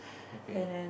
okay